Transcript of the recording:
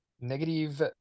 negative